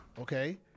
okay